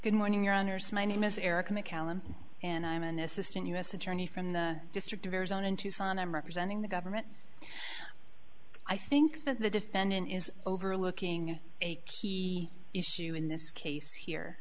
good morning your honour's my name is erica mccallum and i'm an assistant u s attorney from the district of arizona in tucson i'm representing the government i think that the defendant is overlooking a key issue in this case here